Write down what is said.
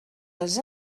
dels